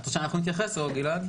את רוצה שאנחנו נתייחס או גלעד?